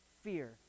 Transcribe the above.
fear